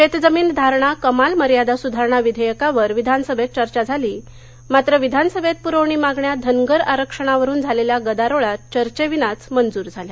शेतजमीन धारणा कमाल मर्यादा सुधारणा विधेयकावर विधानसभेत चर्चा झाली मात्र विधानसभेत पयरवणी मागण्या धनगर आरक्षणावरून झालेल्या गदारोळात चर्चेविनाच मंजूर झाल्या